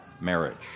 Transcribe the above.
marriage